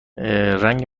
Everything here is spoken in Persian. رنگ